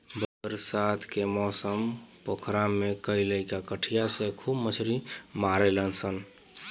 बरसात के मौसम पोखरा में लईका कटिया से खूब मछली मारेलसन